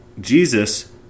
Jesus